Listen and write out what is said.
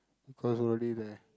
because we're already there